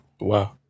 Wow